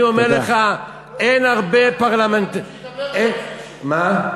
אני אומר לך שאין הרבה, מי שידבר היום, מה?